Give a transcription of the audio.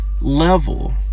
level